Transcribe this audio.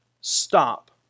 stop